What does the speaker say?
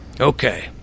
Okay